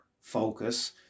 focus